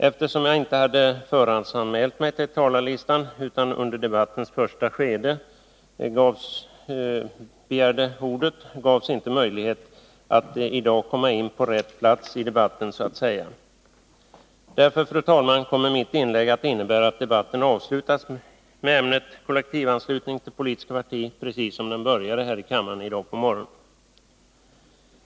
Eftersom jag inte hade förhandsanmält mig till talarlistan utan under debattens första skede begärde ordet, gavs inte möjlighet för mig att i dag komma in på rätt plats i debatten. Därför, fru talman, kommer mitt inlägg att innebära att debatten avslutas med ämnet kollektivanslutning till politiskt parti — precis som den började här i kammaren i dag på morgonen.